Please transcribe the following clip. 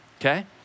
okay